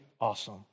awesome